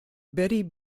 betty